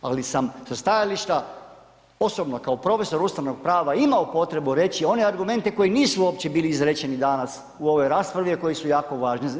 Ali sam sa stajališta osobno kao profesor ustavnog prava imao potrebu reći one argumente koji nisu uopće bili izrečeni danas u ovoj raspravi, a koji su jako važni.